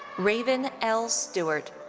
raven l. stewart.